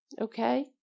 Okay